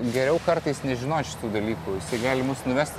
geriau kartais nežinot šitų dalykų jisai gali mus nuvest